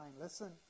listen